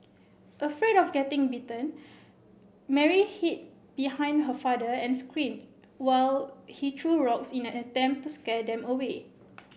afraid of getting bitten Mary hid behind her father and screamed while he threw rocks in an attempt to scare them away